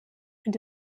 and